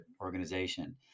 organization